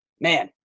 man